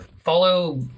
follow